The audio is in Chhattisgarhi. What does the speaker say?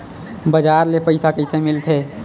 बजार ले पईसा कइसे मिलथे?